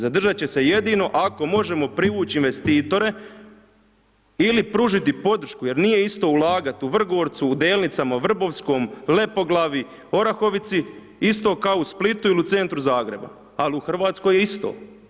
Zadržati će se jedino ako možemo privući investitore ili pružiti podršku, jer nije isto ulagati u Vrgorcu u Delnicama, Vrgorskom, Lepoglavi, Orahovici isto kao u Splitu ili u centru Zagreba, ali u Hrvatskoj je isto.